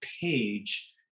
page